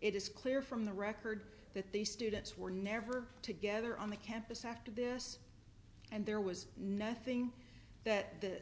it is clear from the record that these students were never together on the campus after this and there was nothing that that